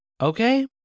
okay